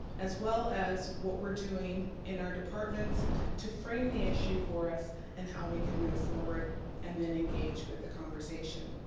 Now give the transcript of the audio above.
as well as what we're doing in our departments to frame the issue for us and how we can move forward and then engage with the conversation.